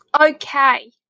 Okay